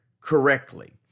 correctly